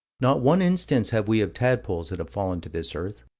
not one instance have we of tadpoles that have fallen to this earth.